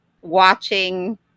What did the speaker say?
watching